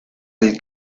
del